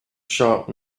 sharp